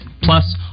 Plus